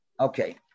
okay